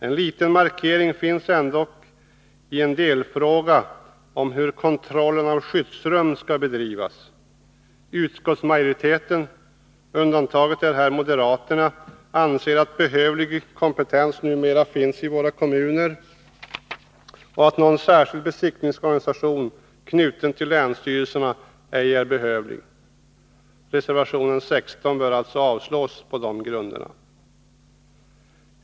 En liten markering finns ändock i en delfråga om hur kontrollen av skyddsrum skall bedrivas. Utskottsmajoriteten — undantagna är moderaterna — anser att behövlig kompetens numera finns i våra kommuner och att någon särskild besiktningsorganisation knuten till länsstyrelserna ej är behövlig. Reservation nr 16 bör alltså avslås på dessa grunder.